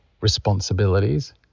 responsibilities